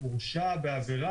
אנחנו ראשונים אבל, כנראה,